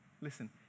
Listen